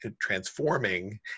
transforming